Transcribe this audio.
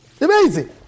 Amazing